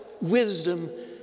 wisdom